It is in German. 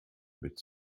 mit